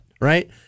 right